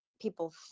people